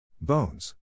Bones